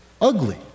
ugly